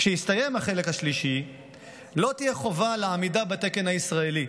כשיסתיים החלק השלישי לא תהיה חובה לעמידה בתקן הישראלי,